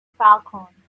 falcon